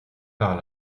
par